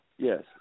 Yes